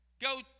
Go